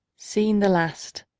scene the last.